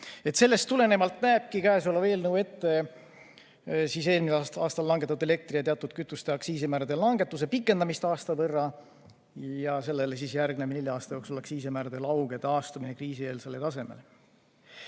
Sellest tulenevalt näebki käesolev eelnõu ette eelmisel aastal langetatud elektriaktsiisi ja teatud kütuste aktsiisimäärade langetuse pikendamist aasta võrra ja sellele järgneva nelja aasta jooksul aktsiisimäärade lauge taastumise kriisieelsele tasemele.